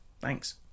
thanks